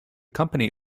company